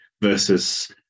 versus